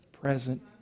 present